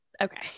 Okay